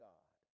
God